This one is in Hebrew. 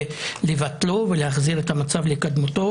לבטלו ולהחזיר את המצב לקדמותו.